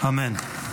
אמן.